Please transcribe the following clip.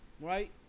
right